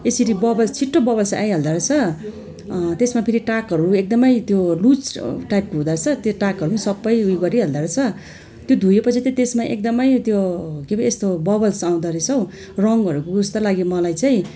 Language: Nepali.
यसरी बबल्स छिटो बबल्स आइहाल्दो रहेछ त्यसमा फेरि टाँकहरू एकदमै त्यो लुज टाइपको हुँदोरहेछ त्यो टाँकहरू पनि सबै उयो गरिहाल्दो रहेछ त्यो धोयोपछि चाहिँ त्यसमा एकदमै त्यो के पो यस्तो बबल्स आउँदो रहेछ हौ रङ्गहरू गयो जस्तो लाग्यो मलाई चाहिँ